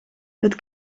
het